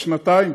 או שנתיים.